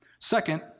Second